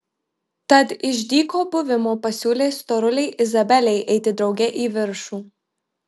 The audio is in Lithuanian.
tad iš dyko buvimo pasiūlė storulei izabelei eiti drauge į viršų